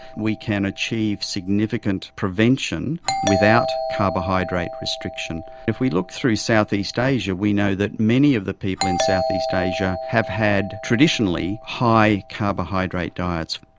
we can achieve significant prevention without carbohydrate restriction. if we look through southeast asia we know that many of the people in southeast asia have had traditionally high carbohydrate diets,